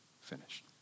finished